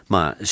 Maar